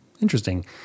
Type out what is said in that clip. interesting